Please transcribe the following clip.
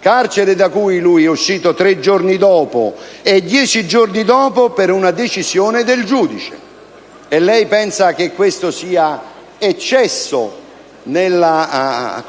carcere da cui il fermato è uscito tre giorni dopo o dieci giorni dopo per una decisione del giudice? E lei pensa che questo sia eccesso da